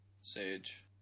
Sage